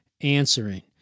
answering